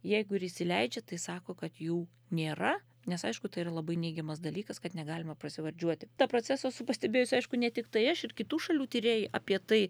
jeigu ir įsileidžia tai sako kad jų nėra nes aišku tai yra labai neigiamas dalykas kad negalima prasivardžiuoti tą procesą esu pastebėjusi aišku ne tiktai aš ir kitų šalių tyrėjai apie tai